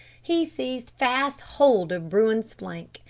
he seized fast hold of bruin's flank,